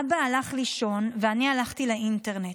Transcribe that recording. אבא הלך לישון ואני הלכתי לאינטרנט.